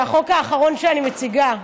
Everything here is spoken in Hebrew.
זה החוק האחרון שאני מציגה,